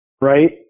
right